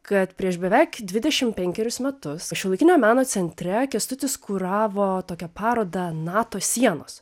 kad prieš beveik dvidešimt penkerius metus šiuolaikinio meno centre kęstutis kuravo tokią parodą nato sienos